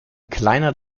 kleiner